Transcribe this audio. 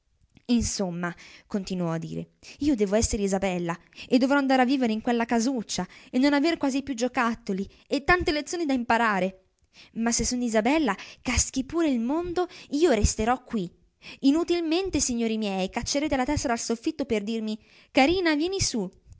somma continuò a dire io devo essere isabella e dovrò andare a vivere in quella casuccia e non aver quasi più giuocattoli e tante lezioni da imparare ma se sono isabella caschi pure il mondo io resterò quì inutilmente signori miei caccerete la testa dal soffitto per dirmi carina vieni su